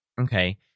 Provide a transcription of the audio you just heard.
Okay